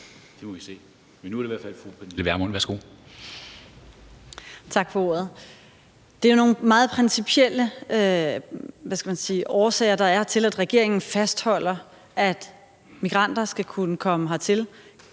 Det er jo nogle meget principielle årsager, der er, til, at regeringen fastholder, at migranter skal kunne komme hertil,